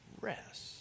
rest